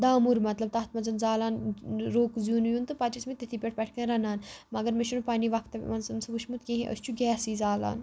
دامُر مطلب تَتھ منٛز زالان روٚک زیُن ویُن تہٕ پتہٕ چھِ ٲسۍمٕتۍ تٔتھٕے پٮ۪ٹھ پٮ۪ٹھٕ کَنہِ رَنان مگر مےٚ چھُنہٕ پَنٕنہِ وقتہٕ منٛز سُہ وُچھمُت کِہیٖنٛۍ أسۍ چھِ گیسٕے زالان